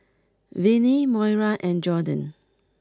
Vinie Moira and Jorden